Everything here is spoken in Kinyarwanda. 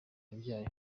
yabyaye